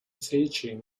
teaching